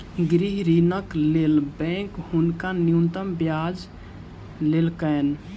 गृह ऋणक लेल बैंक हुनका न्यूनतम ब्याज लेलकैन